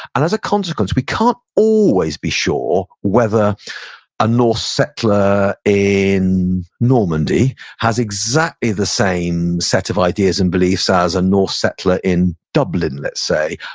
and as a consequence, we can't always be sure whether a norse settler in normandy has exactly the same set of ideas and beliefs as a norse settler in dublin, let's say,